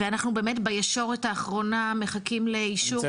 ואנחנו באמת בישורת האחרונה מחכים לאישור -- אני רוצה